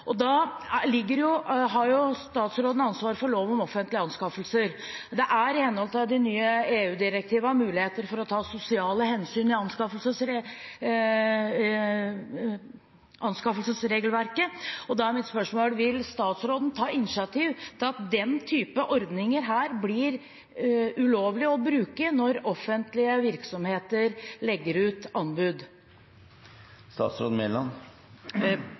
nye EU-direktivene muligheter for å ta sosiale hensyn etter anskaffelsesregelverket, og da er mitt spørsmål: Vil statsråden ta initiativ til at den type ordninger blir ulovlig å bruke når offentlige virksomheter legger ut anbud?